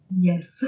Yes